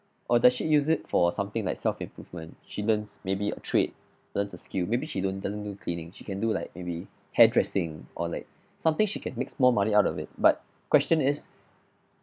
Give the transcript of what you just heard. or does she use it for something like self-improvement she learns maybe a trade learns a skill maybe she don't doesn't do cleaning she can do like maybe hairdressing or like something she can makes more money out of it but question is